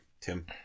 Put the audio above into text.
Tim